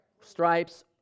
stripes